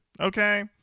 okay